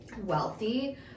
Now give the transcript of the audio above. wealthy